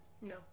No